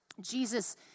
Jesus